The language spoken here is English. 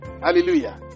Hallelujah